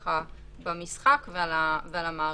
כרגע בתקנות.